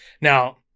Now